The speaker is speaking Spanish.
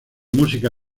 música